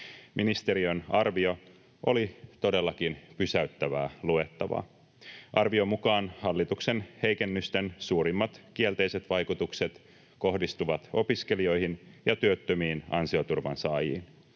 Ministeriön arvio oli todellakin pysäyttävää luettavaa. Arvion mukaan hallituksen heikennysten suurimmat kielteiset vaikutukset kohdistuvat opiskelijoihin ja työttömiin ansioturvan saajiin.